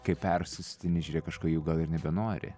kai persisotini žiūrėk kažko jau gal ir nebenori